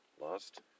lost